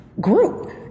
group